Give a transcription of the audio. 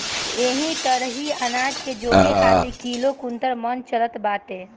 एही तरही अनाज के जोखे खातिर किलो, कुंटल, मन चलत बाटे